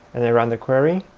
and then run the query.